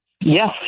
Yes